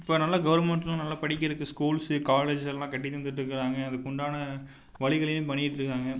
இப்போ நல்லா கவர்மெண்ட்ல நல்ல படிக்கிறதுக்கு ஸ்கூல்ஸு காலேஜு எல்லாம் கட்டி தந்திட்ருக்குறாங்க அதுக்குண்டான வழிகளையும் பண்ணிகிட்டிருக்காங்க